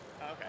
Okay